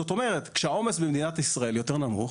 זאת אומרת, כאשר העומס במדינת ישראל יותר נמוך